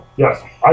Yes